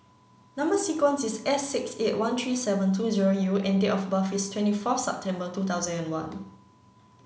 number sequence is S six eight one three seven two zero U and date of birth is twenty first September two thousand and one